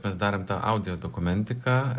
mes darėm tą audio dokumentiką